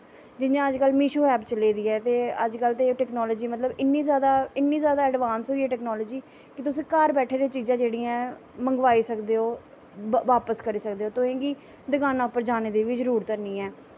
जि'यां अजकल्ल मिसो ऐप चला दी ऐ ते अजकल्ल ते टैकनॉलजी मतलब इन्नी जादा इन्नी जादा अड़बांस होई ऐ टैकनॉलजी कि तुस घर बैठे दे चीज़ां जेह्ड़ियां ऐं मंगवाई सकदे ओ बापस करी सकदे ओ तुसेंगी दकानां पर जानें दी बी जरूरत ऐ निं ऐ